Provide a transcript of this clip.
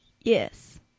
Yes